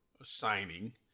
assigning